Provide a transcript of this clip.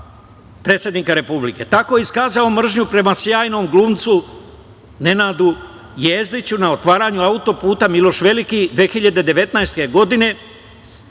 predsednika Republike.